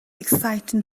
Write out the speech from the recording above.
exciting